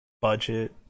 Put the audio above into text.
budget